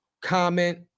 comment